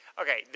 Okay